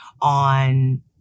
on